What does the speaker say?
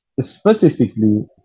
specifically